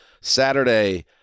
Saturday